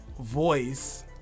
voice